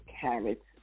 carrots